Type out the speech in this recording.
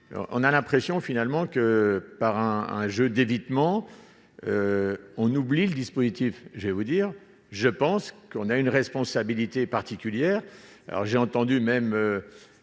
on a l'impression finalement que par un un jeu d'évitement, on oublie le dispositif, je vais vous dire, je pense qu'on a une responsabilité particulière, alors j'ai entendu, même